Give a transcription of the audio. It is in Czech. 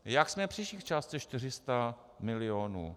Jak jsme přišli k částce 400 milionů?